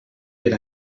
per